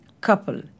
couple